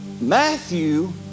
Matthew